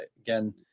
again